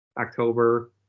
October